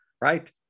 right